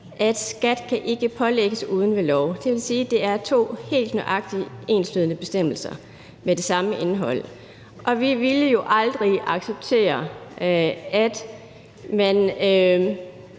at skat kan ikke pålægges uden ved lov. Det vil sige, er det er to helt nøjagtig enslydende bestemmelser med det samme indhold. Vi ville jo aldrig acceptere, at man